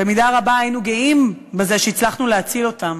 במידה רבה היינו גאים בזה שהצלחנו להציל אותם.